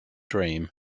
dream